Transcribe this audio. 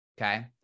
Okay